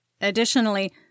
Additionally